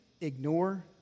ignore